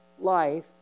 life